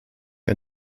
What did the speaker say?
wir